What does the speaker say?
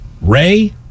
Ray